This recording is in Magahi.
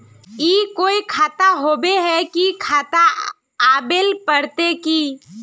ई कोई खाता होबे है की खुला आबेल पड़ते की?